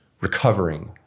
recovering